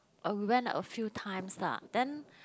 oh we went a few times lah then